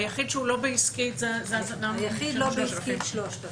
היחיד שהוא לא בעסקי זה 3,000 שקלים.